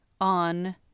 on